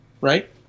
Right